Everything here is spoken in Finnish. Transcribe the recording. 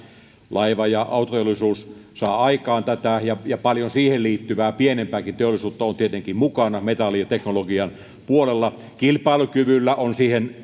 laiva ja autoteollisuus saavat aikaan tätä ja ja paljon siihen liittyvää pienempääkin teollisuutta on tietenkin mukana metallin ja teknologian puolella kilpailukyvyllä on